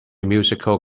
musical